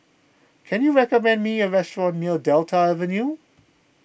can you recommend me a restaurant near Delta Avenue